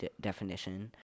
definition